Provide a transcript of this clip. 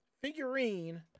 figurine